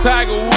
Tiger